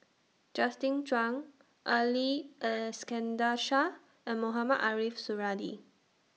Justin Zhuang Ali Iskandar Shah and Mohamed Ariff Suradi